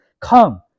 Come